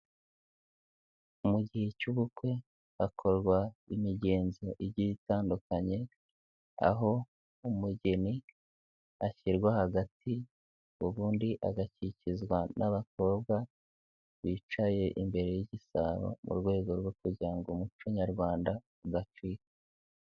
Mu gihe cy'ubukwe hakorwa imigenzo igiye itandukanye, aho umugeni ashyirwa hagati ubundi agakikizwa n'abakobwa bicaye imbere y'igisabo mu rwego rwo kugira umuco nyarwanda udacika.